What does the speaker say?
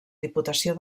diputació